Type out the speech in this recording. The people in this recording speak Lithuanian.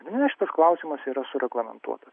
nu šitas klausimas yra sureglamentuotas